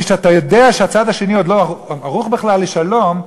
כשאתה יודע שהצד השני עוד לא ערוך בכלל לשלום,